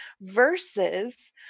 versus